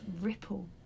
ripple